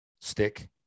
stick